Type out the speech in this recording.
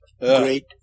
great